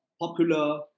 popular